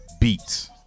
beats